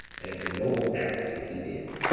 and of the noble acts that he did,